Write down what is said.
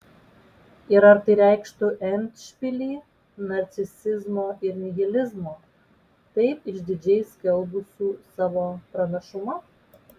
ir ar tai reikštų endšpilį narcisizmo ir nihilizmo taip išdidžiai skelbusių savo pranašumą